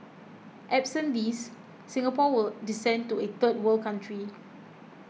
absent these Singapore will descend to a third world country